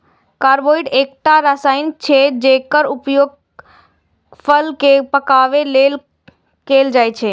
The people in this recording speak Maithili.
कार्बाइड एकटा रसायन छियै, जेकर उपयोग फल कें पकाबै लेल कैल जाइ छै